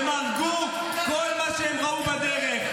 הם הרגו כל מה שהם ראו בדרך,